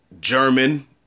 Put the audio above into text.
German